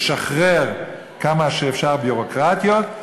לשחרר כמה שיותר ביורוקרטיות.